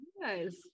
Yes